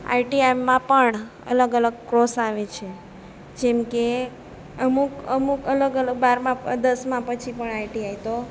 આઈટીઆઈમાં પણ અલગ અલગ કોર્સ આવે છે જેમકે અમુક અમુક અલગ અલગ બારમા દસમા પછી પણ આઈટીઆઈ તો